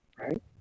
right